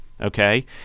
okay